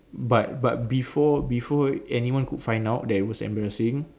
but but before before anyone could find out that is was embarrassing